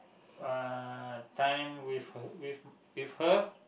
uh time with her with with her